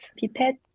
Pipette